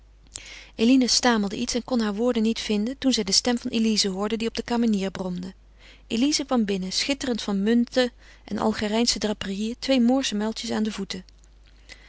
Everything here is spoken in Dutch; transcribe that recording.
eline stamelde iets en kon hare woorden niet vinden toen zij de stem van elize hoorde die op de kamenier bromde elize kwam binnen schitterend van munten en algerijnsche draperieën twee moorsche muiltjes aan de voeten